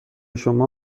شما